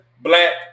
black